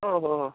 ओहो